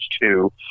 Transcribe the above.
two